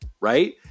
right